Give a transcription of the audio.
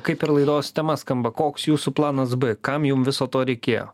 kaip ir laidos tema skamba koks jūsų planas b kam jum viso to reikėjo